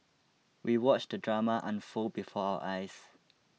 we watched the drama unfold before our eyes